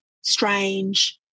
strange